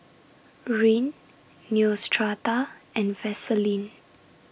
Rene Neostrata and Vaselin